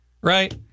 Right